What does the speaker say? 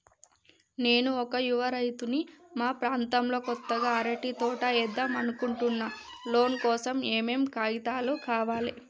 నేను ఒక యువ రైతుని మా ప్రాంతంలో కొత్తగా అరటి తోట ఏద్దం అనుకుంటున్నా లోన్ కోసం ఏం ఏం కాగితాలు కావాలే?